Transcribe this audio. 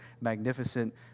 magnificent